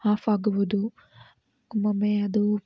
of ಆಗುವುದು ಒಮ್ಮೊಮ್ಮೆ ಅದು